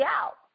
out